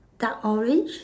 dark orange